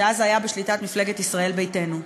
שאז היה בשליטת מפלגת ישראל ביתנו.